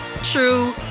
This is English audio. true